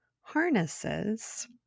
harnesses